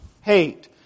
hate